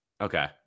Okay